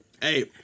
Hey